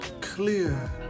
clear